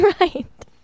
Right